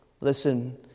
Listen